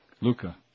Luca